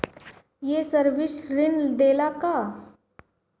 ये सर्विस ऋण देला का?